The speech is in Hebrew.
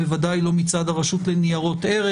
בוודאי לא מצד הרשות לניירות ערך.